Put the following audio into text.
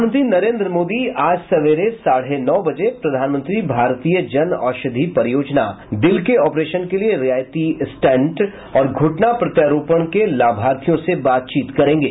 प्रधानमंत्री नरेंद्र मोदी आज सवेरे साढ़े नौ बजे प्रधानमंत्री भारतीय जन औषधि परियोजना दिल के ऑपरेशन के लिये रियायती स्टेंट और घुटना प्रत्यारोपण के लाभार्थियों से बातचीत करेंगे